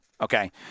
Okay